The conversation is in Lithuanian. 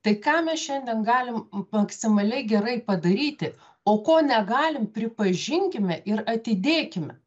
tai ką mes šiandien galim maksimaliai gerai padaryti o ko negalim pripažinkime ir atidėkime